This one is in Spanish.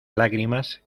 lágrimas